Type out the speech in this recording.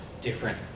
different